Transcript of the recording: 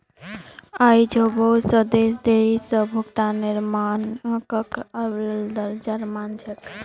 आई झो बहुत स देश देरी स भुगतानेर मानकक अव्वल दर्जार मान छेक